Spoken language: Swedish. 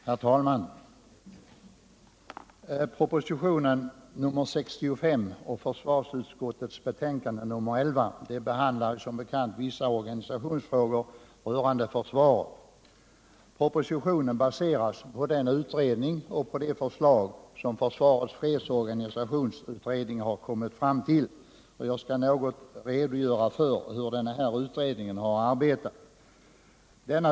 Herr talman! Propositionen 65 och försvarsutskottets betänkande 11 behandlar som bekant vissa organisationsfrågor rörande försvaret. Propositionen baseras på den utredning och det förslag som försvarets fredsorganisationsutredning kommit fram till, och jag skall något redogöra för hur denna utredning har arbetat.